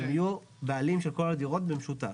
שיהיו בעלים של כל הדירות במשותף.